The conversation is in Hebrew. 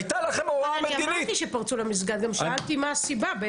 הייתה לכם הוראה מדינית --- אני אמרתי שפרצו למסגד ושאלתי מה הסיבה.